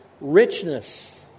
richness